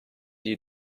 you